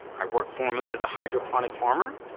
i worked formerly as a hydroponic farmer.